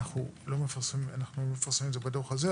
אנחנו לא מפרסמים את זה בדוח הזה,